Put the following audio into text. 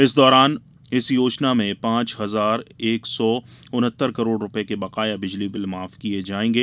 इस योजना में पांच हजार एक सौ उनहत्तर करोड़ रूपये के बकाया बिजली बिल माफ किये जायेंगे